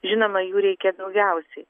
žinoma jų reikia daugiausiai